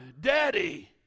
daddy